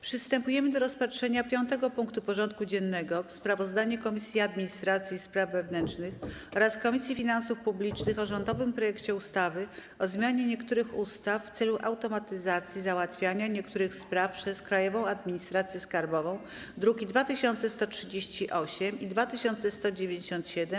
Przystępujemy do rozpatrzenia punktu 5. porządku dziennego: Sprawozdanie Komisji Administracji i Spraw Wewnętrznych oraz Komisji Finansów Publicznych o rządowym projekcie ustawy o zmianie niektórych ustaw w celu automatyzacji załatwiania niektórych spraw przez Krajową Administrację Skarbową (druki nr 2138 i 2197)